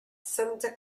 santa